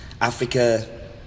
Africa